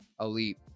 elite